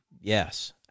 Yes